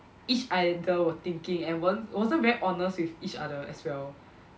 each other were thinking and weren't wasn't very honest with each other as well